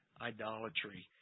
idolatry